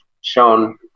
shown